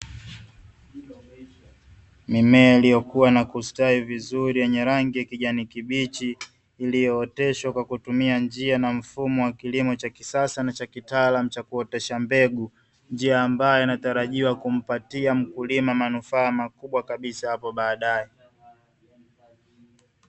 Mimea iliyokua na kustawi vizuri yenye rangi ya kijani kibichi, iliyooteshwa kwa kutumia njia na mfumo wa kilimo cha kisasa na kitaalamu wa kuotesha mbegu, njia ambayo inatarajiwa kumpatia mkulima manufaa makubwa kabisa hapo baadaye.